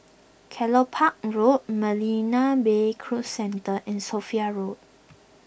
Kelopak Road Marina Bay Cruise Centre and Sophia Road